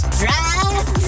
drive